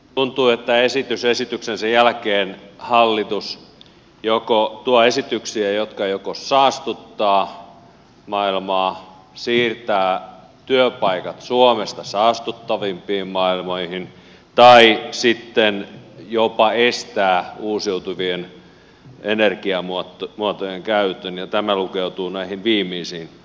tuntuu että esitys esityksensä jälkeen hallitus tuo esityksiä jotka joko saastuttavat maailmaa siirtävät työpaikat suomesta saastuttavampiin maailmoihin tai sitten jopa estävät uusiutuvien energiamuotojen käytön ja tämä lukeutuu näihin viimeisiin